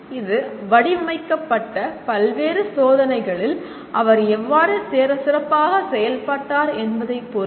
இது வடிவமைக்கப்பட்ட பல்வேறு சோதனைகளில் அவர் எவ்வளவு சிறப்பாக செயல்பட்டார் என்பதைப் பொறுத்தது